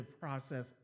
process